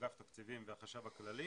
אגף התקציבים והחשב הכללי